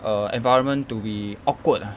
err environment to be awkward ah